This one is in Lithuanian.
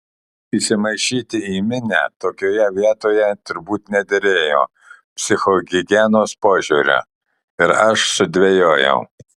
įsimaišyti į minią tokioje vietoje turbūt nederėjo psichohigienos požiūriu ir aš sudvejojau